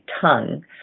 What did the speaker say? tongue